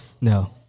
no